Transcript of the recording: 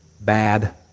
bad